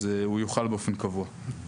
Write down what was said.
אז הוא יוחל באופן קבוע.